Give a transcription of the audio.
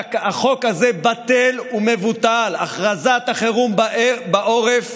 החוק הזה בטל ומבוטל, הכרזת החירום בעורף